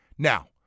Now